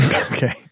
Okay